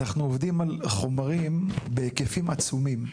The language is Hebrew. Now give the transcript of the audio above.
אנחנו עובדים על חומרים בהיקפים עצומים.